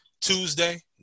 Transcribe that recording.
Tuesday